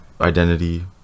identity